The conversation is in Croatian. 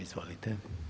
Izvolite.